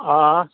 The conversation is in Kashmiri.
آ